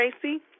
Tracy